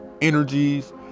energies